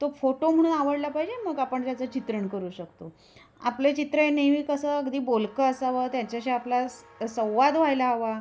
तो फोटो म्हणून आवडला पाहिजे मग आपण त्याचं चित्रण करू शकतो आपलं चित्र हे नेहमी कसं अगदी बोलकं असावं त्याच्याशी आपला स संवाद व्हायला हवा